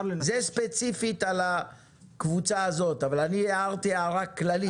זה ספציפית על הקבוצה הזאת אבל אני הערתי הערה כללית.